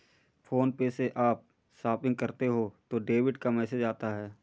phone पे से आप शॉपिंग करते हो तो डेबिट का मैसेज आता है